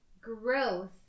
growth